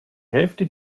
hälfte